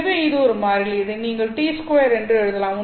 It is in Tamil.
எனவே இது ஒரு மாறிலி இதை நீங்கள் T2 என்று எழுதலாம்